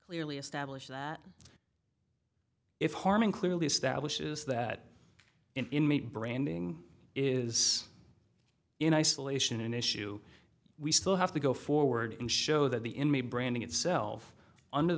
clearly established that if harming clearly establishes that inmate branding is in isolation an issue we still have to go forward and show that the inmate branding itself under